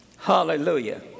Hallelujah